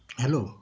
hello